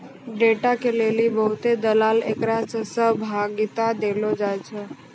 data के लेली बहुते दलाल एकरा मे सहभागिता देलो जाय छै